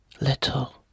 little